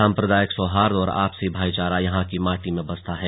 साम्प्रदायिक सौहार्द और आपसी भाईचारा यहां की माटी में बसता है